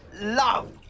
love